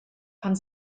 pan